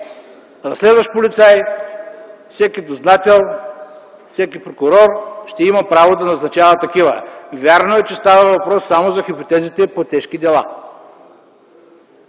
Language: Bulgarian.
разследващ полицай, всеки дознател, всеки прокурор ще има право да назначава такива?! Вярно е, че става въпрос само за хипотезите по тежки дела,